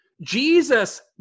Jesus